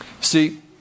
See